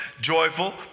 joyful